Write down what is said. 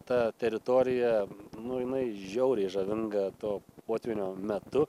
ta teritorija nu jinai žiauriai žavinga to potvynio metu